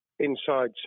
inside